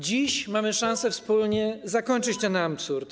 Dziś mamy szansę wspólnie zakończyć ten absurd.